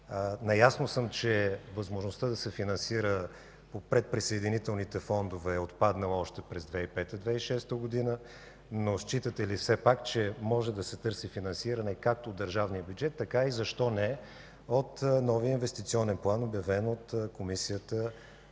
Наясно съм, че възможността да се финансира по предприсъединителните фондове е отпаднала още през 2005 – 2006 г., но считате ли все пак, че може да се търси финансиране както от държавния бюджет, така и, защо не, от новия инвестиционен план, обявен от Комисията на